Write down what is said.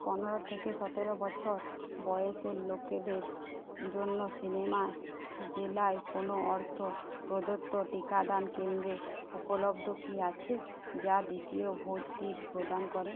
পনেরো থেকে সতেরো বছর বয়সের লোকেদের জন্য সিনেমা জেলায় কোনো অর্থ প্রদত্ত টিকাদান কেন্দ্র উপলব্ধ কি আছে যা দ্বিতীয় ডোজটি প্রদান করে